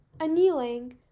annealing